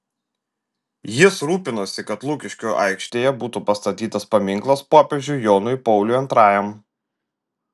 jis rūpinosi kad lukiškių aikštėje būtų pastatytas paminklas popiežiui jonui pauliui antrajam